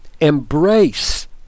embrace